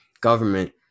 government